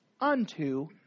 unto